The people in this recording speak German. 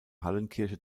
hallenkirche